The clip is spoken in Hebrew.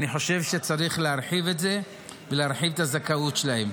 אני חושב שצריך להרחיב את זה ולהרחיב את הזכאות שלהם.